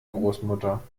großmutter